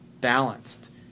balanced